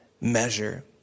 measure